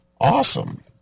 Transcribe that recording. Awesome